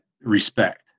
respect